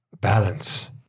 Balance